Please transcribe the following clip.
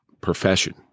profession